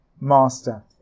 master